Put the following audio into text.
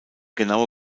genaue